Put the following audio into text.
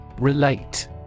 Relate